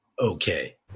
okay